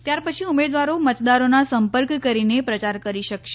ત્યાર પછી ઉમેદવારો મતદારોનો સંપર્ક કરીને પ્રયાર કરી શકશે